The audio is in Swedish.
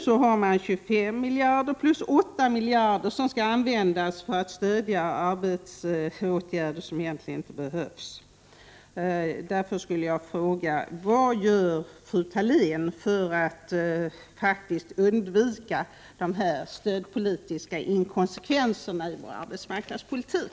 Nu har man 25 plus 8 miljarder kronor som skall användas för att stödja arbetsmarknadsåtgärder som egentligen inte behövs. Jag vill därför fråga: Vad gör fru Thalén för att undvika dessa stödpolitiska inkonsekvenser i vår arbetsmarknadspolitik?